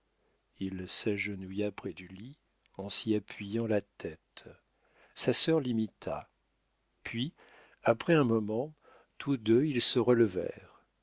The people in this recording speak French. il s'agenouilla près du lit en s'y appuyant la tête sa sœur l'imita puis après un moment tous deux ils se